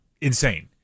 insane